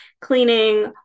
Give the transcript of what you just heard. cleaning